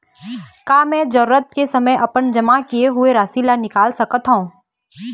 का मैं जरूरत के समय अपन जमा किए हुए राशि ला निकाल सकत हव?